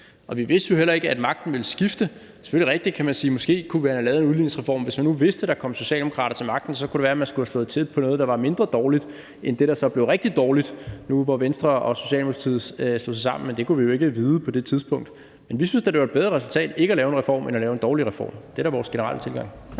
Og vi vidste jo heller ikke, at magten ville skifte. Det er selvfølgelig rigtigt, at vi måske kunne have lavet udligningsreformen, hvis vi nu vidste, at der kom socialdemokrater til magten. Så kunne det være, man skulle have slået til på noget, der var mindre dårligt end det, der så blev rigtig dårligt nu, hvor Venstre og Socialdemokratiet har slået sig sammen, men det kunne vi jo ikke vide på det tidspunkt. Men vi synes da, det var et bedre resultat ikke at lave en reform end at lave en dårlig reform. Det er da vores generelle tilgang.